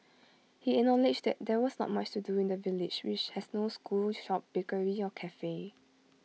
he acknowledged there was not much to do in the village which has no school shop bakery or Cafe